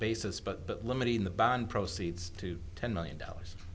basis but but limiting the bond proceeds to ten million dollars